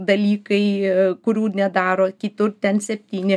dalykai kurių nedaro kitur ten septyni